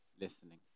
listening